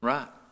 Right